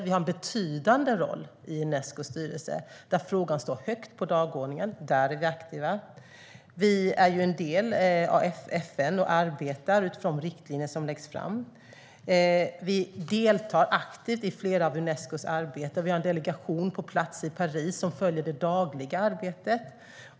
Vi har en betydande roll i Unescos styrelse, där frågan står högt på dagordningen och där vi är aktiva. Vi är en del av FN och arbetar utifrån riktlinjer som läggs fram. Vi deltar aktivt i flera arbeten inom Unesco. Vi har en delegation på plats i Paris som följer det dagliga arbetet.